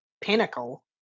pinnacle